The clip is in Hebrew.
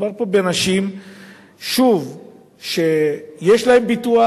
מדובר פה באנשים שיש להם ביטוח,